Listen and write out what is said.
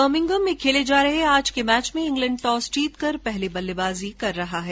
Birmingham में खेले जा रहे आज के मैच में इग्लैण्ड टॉस जीतकर पहले बल्लेबाजी कर रहा है